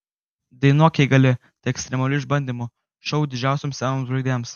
dainuok jei gali tai ekstremalių išbandymų šou didžiausioms scenos žvaigždėms